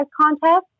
contest